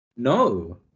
no